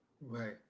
right